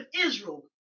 israel